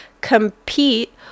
compete